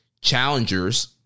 challengers